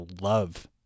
love